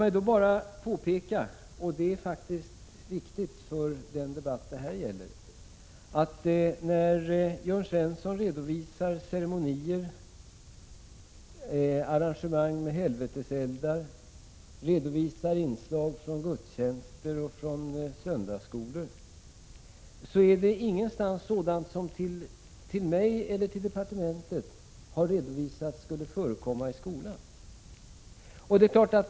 Men låt mig bara påpeka — och det är faktiskt viktigt för den debatt det här gäller — att de exempel som Jörn Svensson gav på ceremonier, arrangemang med helvetes eldar och diskutabla inslag i gudstjänst och söndagsskola som skulle förekomma i skolan inte är något som har redovisats till vare sig mig eller departementet.